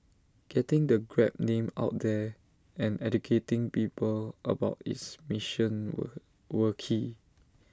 getting the grab name out there and educating people about its mission were were key